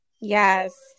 Yes